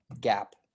gap